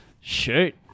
Shoot